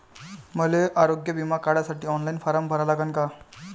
मले आरोग्य बिमा काढासाठी ऑनलाईन फारम भरा लागन का?